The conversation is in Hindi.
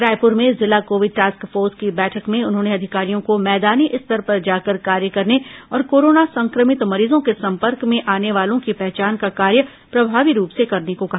रायपुर भें जिला कोविड टास्क फोर्स की बैठक भें उन्होंने अधिकारियों को मैदानी स्तर पर जाकर कार्य करने और कोरोना संक्रमित मरीजों के संपर्क में आने वालों की पहचान का कार्य प्रभावी रूप से करने को कहा